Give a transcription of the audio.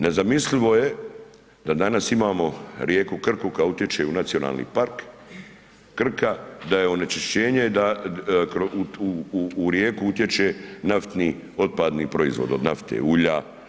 Nezamislivo je da danas imamo rijeku Krku koja utječe u Nacionalni park, Krka da je onečišćenje da u rijeku utječe naftni otpadni proizvod, od nafte, ulja.